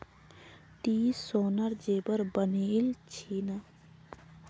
ती सोनार जेवर बनइल छि न